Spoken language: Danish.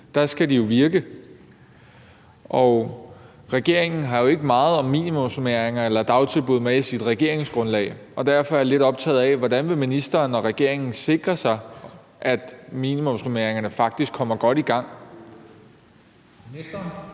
2024 skal de jo virke. Regeringen har ikke meget med om minimumsnormeringer eller dagtilbud i sit regeringsgrundlag, og derfor er jeg lidt optaget af, hvordan regeringen og ministeren vil sikre sig, at minimumsnormeringerne faktisk kommer godt i gang.